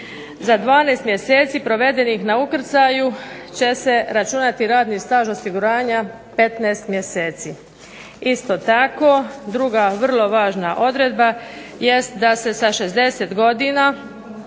za 12 mjeseci provedenih na ukrcaju će se računati radni staž osiguranja 15 mjeseci. Isto tako druga vrlo važna odredba jest da se sa 60 godina,